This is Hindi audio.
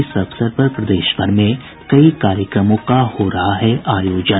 इस अवसर पर प्रदेश भर में कई कार्यक्रमों का हो रहा है आयोजन